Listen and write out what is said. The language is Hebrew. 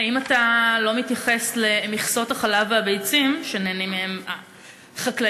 האם אתה לא מתייחס למכסות החלב והביצים שמהן נהנים החקלאים